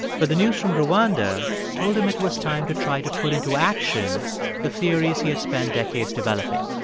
but the news from rwanda told him it was time to try to put into action the theories he had spent decades developing.